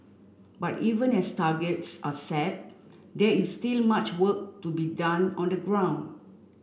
but even as targets are set there is still much work to be done on the ground